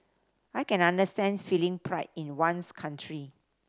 I can understand feeling pride in one's country